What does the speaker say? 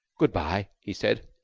good-by, he said.